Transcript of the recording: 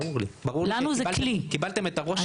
ברור לי, קיבלתם את הרושם הזה.